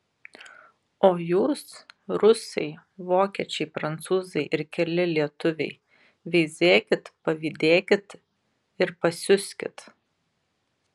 o jūs rusai vokiečiai prancūzai ir keli lietuviai veizėkit pavydėkit ir pasiuskit